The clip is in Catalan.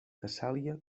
tessàlia